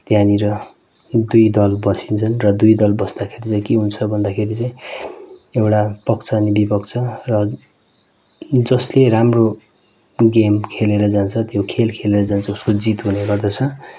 त्यहाँनिर दुई दल बसिन्छन् र दुई दल बस्ताखेरि चाहिँ के हुन्छ भन्दाखेरि चाहिँ एउटा पक्ष अनि विपक्ष र जसले राम्रो गेम खेलेर जान्छ त्यो खेल खेलेर जान्छ उसको जित गर्दछ